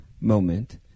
moment